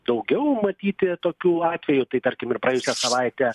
daugiau matyti tokių atvejų tai tarkim ir praėjusią savaitę